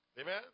Amen